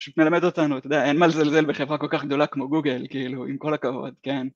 מלמד אותנו אתה יודע אין מה לזלזל בחברה כל כך גדולה כמו גוגל , כאילו, עם כל הכבוד, כן